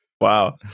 Wow